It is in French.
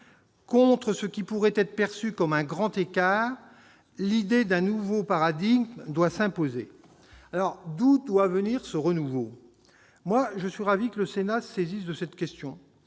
Contre ce qui pourrait être perçu comme un grand écart, l'idée d'un nouveau paradigme doit s'imposer. D'où doit venir ce renouveau ? Je suis ravi que le Sénat se saisisse de cette question.